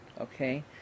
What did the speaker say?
Okay